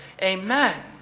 Amen